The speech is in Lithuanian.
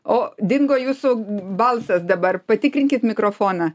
o dingo jūsų balsas dabar patikrinkit mikrofoną